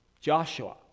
Joshua